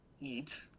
eat